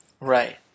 Right